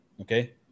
okay